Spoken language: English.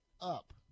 up